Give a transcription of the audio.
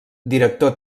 director